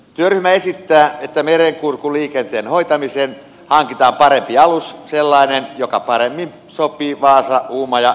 työryhmä esittää että merenkurkun liikenteen hoitamiseen hankitaan parempi alus sellainen joka paremmin sopii vaasauumaja yhteysvälin liikennöimiseen